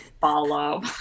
follow